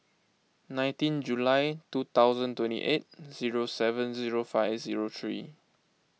nineteen July two thousand twenty eight zero seven zero five zero three